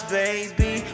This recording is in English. baby